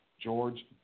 George